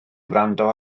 wrando